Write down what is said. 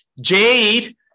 Jade